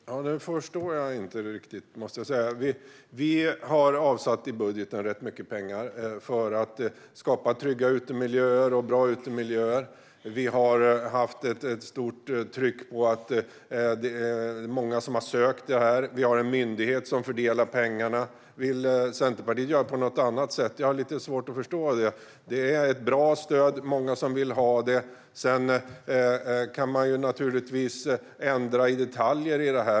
Fru talman! Nu förstår jag inte riktigt, måste jag säga. Vi har avsatt rätt mycket pengar i budgeten för att skapa trygga och bra utemiljöer. Det är många som har ansökt om stödet, och vi har en myndighet som fördelar pengarna. Vill Centerpartiet göra på något annat sätt? Jag har lite svårt att förstå det. Det är ett bra stöd och många som vill ha det. Sedan kan man naturligtvis ändra i detaljer i detta.